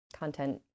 content